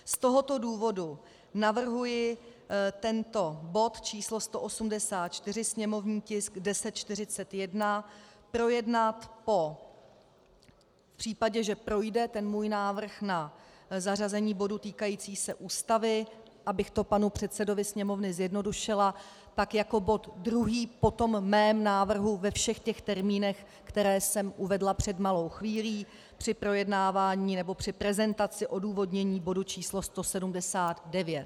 Z tohoto důvodu navrhuji tento bod číslo 184, sněmovní tisk 1041, projednat v případě, že projde ten můj návrh na zařazení bodu týkajícího se Ústavy, abych to panu předsedovi Sněmovny zjednodušila, jako bod druhý po tom mém návrhu ve všech těch termínech, které jsem uvedla před malou chvílí při prezentaci odůvodnění bodu číslo 179.